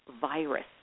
virus